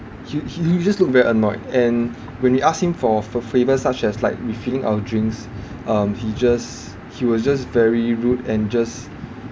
he he he just looked very annoyed and when we asked him for for favours such as like refilling our drinks um he just he was just very rude and just